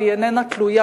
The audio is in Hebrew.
והיא איננה תלויה